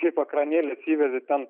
kaip ekranėlis įvedi ten